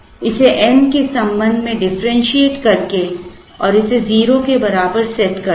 इसे n के संबंध में डिफरेंशिएट करके और इसे 0 के बराबर सेट करते हैं